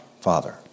Father